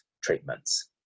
treatments